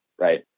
right